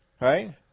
Right